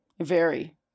vary